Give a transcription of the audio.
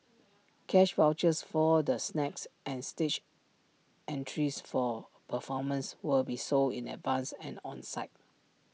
cash vouchers for the snacks and stage entries for performances will be sold in advance and on site